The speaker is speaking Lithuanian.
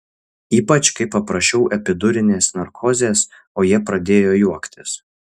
ypač kai paprašiau epidurinės narkozės o jie pradėjo juoktis